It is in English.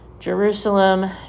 Jerusalem